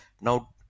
now